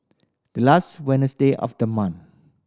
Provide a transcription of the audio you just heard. the last of the month